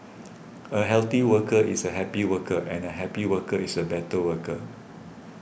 a healthy worker is a happy worker and a happy worker is a better worker